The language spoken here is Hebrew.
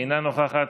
אינה נוכחת.